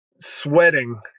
sweating